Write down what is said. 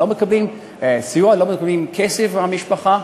הם לא מקבלים סיוע, הם לא מקבלים כסף מהמשפחה.